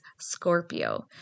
Scorpio